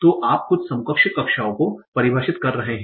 तो आप कुछ समकक्ष कक्षाओं को परिभाषित कर रहे हैं